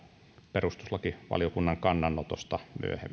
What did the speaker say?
perustuslakivaliokunnan kannanotosta